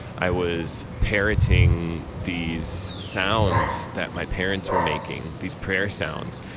i was parroting these sounds that my parents were making, these prayer sounds.